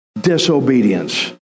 disobedience